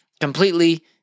completely